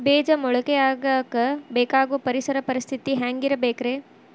ಬೇಜ ಮೊಳಕೆಯಾಗಕ ಬೇಕಾಗೋ ಪರಿಸರ ಪರಿಸ್ಥಿತಿ ಹ್ಯಾಂಗಿರಬೇಕರೇ?